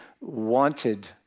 wanted